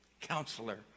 Counselor